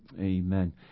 Amen